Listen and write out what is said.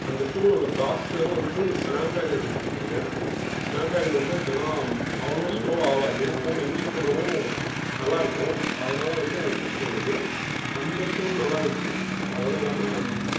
அந்த ஃபோன் உள்ள ப்ராசஸரும் வந்து ஸ்நேப் ட்ராகன் கொடுத்துருந்தாங்க அந்த ஸ்நேப் ட்ராகன் வந்து அவ்ளோவும் ஸ்லோவ் ஆகாது ஃபோன் யூஸ் பண்ணவும் நல்லா இருக்கும் அதனால வந்து அது சூஸ் பண்ணது அந்த ஃபோன் நல்லா இருந்துச்சி அதோடு இல்லாமல்